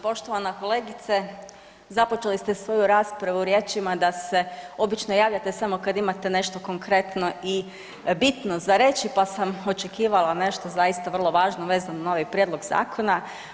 Poštovana kolegice, započeli ste svoju raspravu riječima da se obično javljate samo kad imate nešto konkretno i bitno za reći pa sam očekivala nešto zaista vrlo važno vezano na ovaj prijedlog zakona.